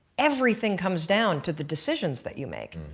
everything comes down to the decision that you make.